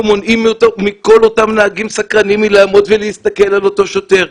מונעים מכל אותם נהגים סקרנים לעמוד ולהסתכל על אותו שוטר.